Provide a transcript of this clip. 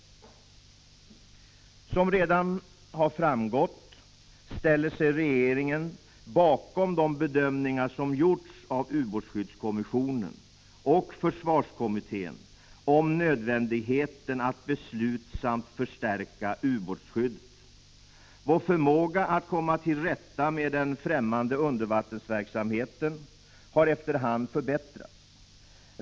Som redan har framgått ställer sig regeringen bakom de bedömningar som gjorts av ubåtsskyddskommissionen och försvarskommittén om nödvändigheten att beslutsamt förstärka ubåtsskyddet. Vår förmåga att komma till rätta med den främmande undervattensverksamheten har efter hand förbättrats.